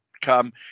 come